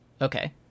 Okay